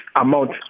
amount